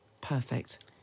perfect